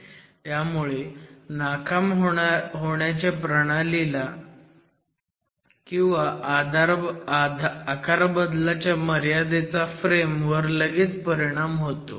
त्यामुळे नाकाम होण्याच्या प्रणालीचा किंवा आकारबदलाच्या मर्यादेचा फ्रेम वर लगेच परिणाम होतो